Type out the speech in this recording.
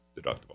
deductible